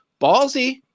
ballsy